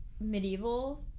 medieval